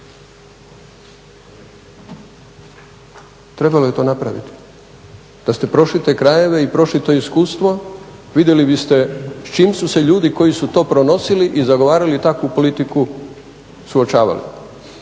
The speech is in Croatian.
Trebalo je to napraviti. Da ste prošli te krajeve i prošli to iskustvo, vidjeli biste s čim su se ljudi koji su to pronosili i zagovarali takvu politiku suočavali.